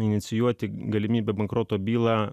inicijuoti galimybę bankroto bylą